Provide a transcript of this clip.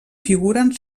figuren